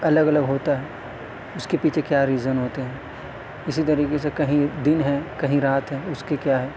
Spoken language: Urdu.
الگ الگ ہوتا ہے اس کے پیچھے کیا ریزن ہوتے ہیں اسی طریقے سے کہیں دن ہیں کہیں رات ہیں اس کے کیا ہیں